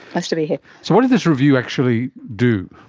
nice to be here. so what did this review actually do?